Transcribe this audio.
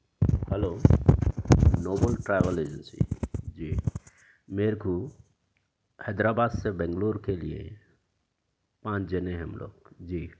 hello noble travel agency ji میرے کو Hyderabad سے بنگلور کے لیے پانچ جنے ہم لوگ جی